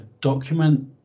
document